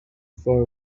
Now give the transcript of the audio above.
for